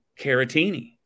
Caratini